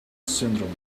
syndrome